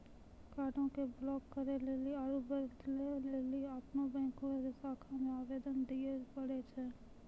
कार्डो के ब्लाक करे लेली आरु बदलै लेली अपनो बैंको के शाखा मे आवेदन दिये पड़ै छै